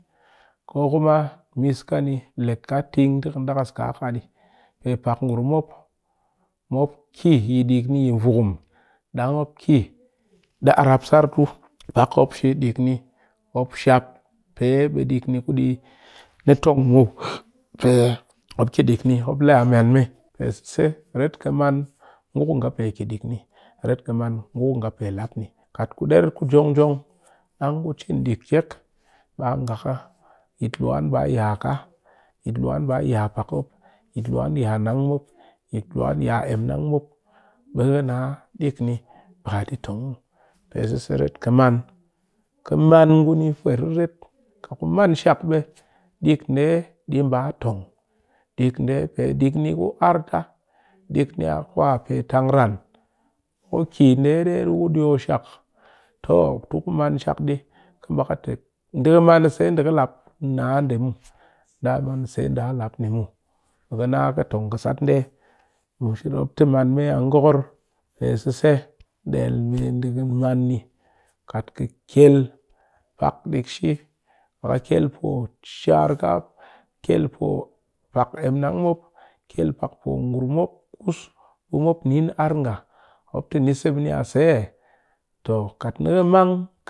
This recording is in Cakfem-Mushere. Ko kuma miss ka ni lee ka ting ti ka ndakas kaa ɗii, pe pak ngurum mop, mop ki yi ɗik ni yi vukum dang mop ki ɗi arap tsar tu, pak mop shi ɗik ni, mop shap pe ɓe ɗik ni kuɗi ni tong muw, mop ki ɗik ni mop lee a maan me, pe sise ret ka maan ngu ku nga pe ki ɗik ni ret ka maan ngu ku nga pe lap ni, kat ku ɗer ku njong njong dang ku cin ɗik kyek ɓe a nga ka yitluwan mba ya ka, yitluwan mba ya pak mop, yitluwan ya nang mop, yitluwan ya emnang mop, ɓe ɗi ka nna ɗik ni ba ɗi tong muw. Pe sise ret ka maan, ka man ngu ni pwet riret kat ku manshak ɓe ɗik ndee ɗi mba tong ɗik ndee ni pe ɗik ku ar ta, ɗik ni a kuwa pee tang ran, ku ki nɗee ɗe ɗi ku ɗiyo shak, toh ti ku maan shak ɗii ku mba ku te nɗi ka maan a se ɓe ɗi ka lap naa ndee muw, nɗi a maan se nɗi a lap ni muw ɓe ka nna ka tong ka sat ndee mushere mop te maan me a ngokor pe sise ɓe njel ndi ka maan ni. Kat ka kyel pak ɗik shi kat ka kyel po shar ka mop kyel po pak emnang mop kyel pak po ngurum mop kus ɓe mop nin ar nga mop te ni se ɓe ni a seh toh kat ni ka mang